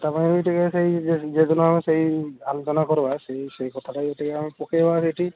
ତା ପାଇଁ ବି ଟିକିଏ ସେଇ ଯୋଜନା ସେଇ ଆଲୋଚନା କରବା ସେଇ ସେଇ କଥାଟାକୁ ଟିକିଏ ପକାଇବା ଆମେ ସେଇଠି